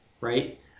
Right